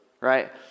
right